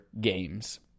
games